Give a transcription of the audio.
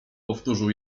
powtórzył